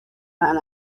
man